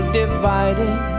divided